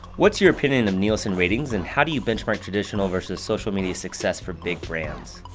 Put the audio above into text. what's your opinion of nielsen ratings and how do you benchmark traditional versus social media success for big brands?